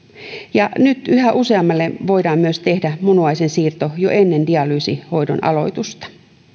nyt yhä useammalle voidaan myös tehdä munuaisensiirto jo ennen dialyysihoidon aloitusta